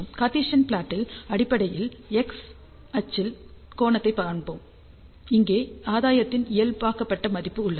Cartesian ப்லாட்டில் அடிப்படையில் x அச்சில் கோணத்தைக் காண்பிப்போம் இங்கே ஆதாயத்தின் இயல்பாக்கப்பட்ட மதிப்பு உள்ளது